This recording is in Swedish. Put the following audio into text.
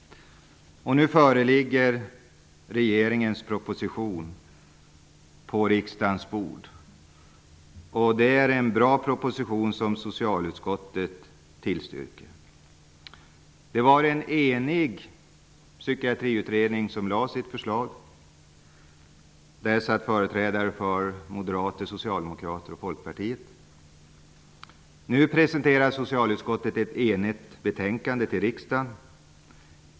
Nu ligger regeringens proposition på riksdagens bord. Det är en bra proposition som socialutskottet tillstyrker. Det var en enig utredning som lade fram sitt förslag. Där satt företrädare för Moderaterna, Socialdemokraterna och Folkpartiet. Nu presenterar socialutskottet ett enigt betänkande i riksdagen.